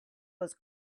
was